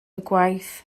gwaith